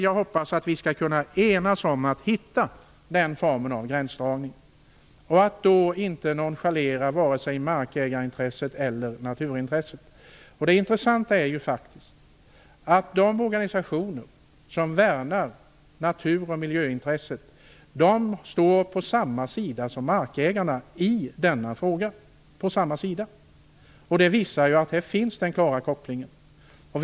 Jag hoppas att vi skall kunna enas om att finna den formen av gränsdragning och att inte nonchalera vare sig markägarintresset eller naturintresset. Det är intressanta är att de organisationer som värnar natur och miljöintresset står på samma sida som markägarna i den denna fråga. Och det visar ju att den klara kopplingen finns.